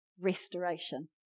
Restoration